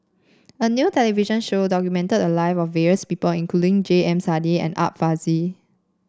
a new television show documented the live of various people including J M Sali and Art Fazil